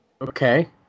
Okay